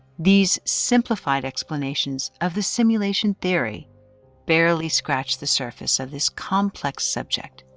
these simplified explanations of the simulation theory barely scratch the surface of this complex subject.